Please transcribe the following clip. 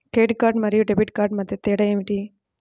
Credit card మరియు debit card మధ్య తేడా ఏమిటి?